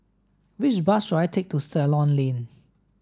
which bus should I take to Ceylon Lane